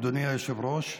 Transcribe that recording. אדוני היושב-ראש,